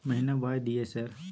महीना बाय दिय सर?